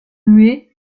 huet